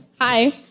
Hi